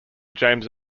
james